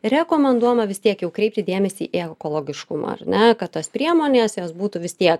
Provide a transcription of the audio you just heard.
rekomenduojama vis tiek jau kreipti dėmesį į ekologiškumą ar ne kad tos priemonės jos būtų vis tiek